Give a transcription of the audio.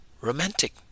romantic